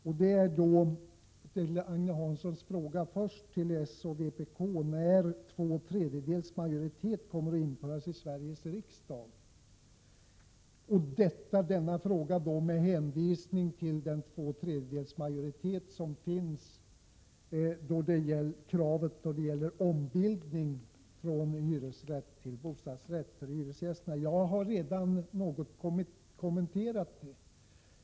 Först Agne Hanssons fråga till socialdemokraterna och vpk om när krav på två tredjedels majoritet kommer att införas i Sveriges riksdag, detta då med hänvisning till den två tredjedels majoritet som krävs för ombildning från hyresrätt till bostadsrätt. Jag har redan något kommenterat det.